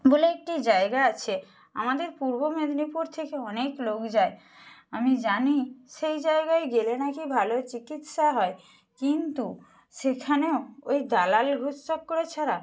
বলে একটি জায়গা আছে আমাদের পূর্ব মেদিনীপুর থেকে অনেক লোক যায় আমি জানি সেই জায়গায় গেলে নাকি ভালো চিকিৎসা হয় কিন্তু সেখানেও ওই দালাল ঘুষ চক্করে ছাড়া